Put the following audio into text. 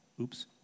Oops